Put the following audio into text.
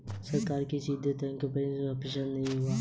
सरकार का सीधे तौर पर बैंकों में हस्तक्षेप हुआ करता है